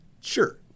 Sure